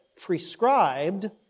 prescribed